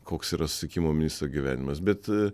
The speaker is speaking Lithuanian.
koks yra susisiekimo ministro gyvenimas bet